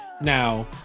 now